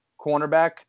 cornerback